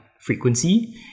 frequency